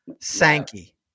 Sankey